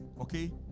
Okay